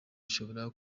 ishobora